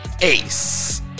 ace